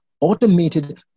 automated